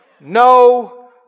No